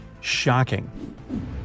Shocking